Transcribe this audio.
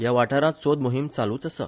ह्या वाठारांत सोद मोहिम चालुच आसा